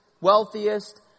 wealthiest